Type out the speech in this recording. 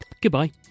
Goodbye